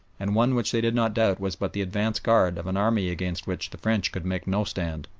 and one which they did not doubt was but the advance guard of an army against which the french could make no stand.